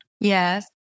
Yes